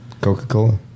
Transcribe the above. Coca-Cola